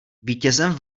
vítězem